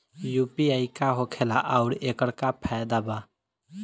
UPI का होखेला आउर एकर का फायदा बा?